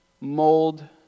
mold